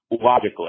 logically